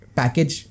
package